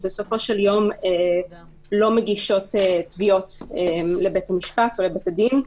שבסופו של יום לא מגישות תביעות לבית המשפט או לבית הדין.